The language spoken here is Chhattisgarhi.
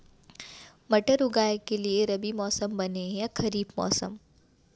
मटर उगाए के लिए रबि मौसम बने हे या खरीफ मौसम?